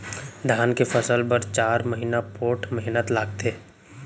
धान के फसल बर चार महिना पोट्ठ मेहनत लागथे